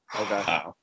Okay